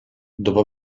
dopo